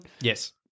Yes